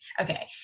Okay